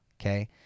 Okay